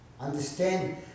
Understand